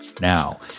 Now